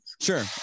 Sure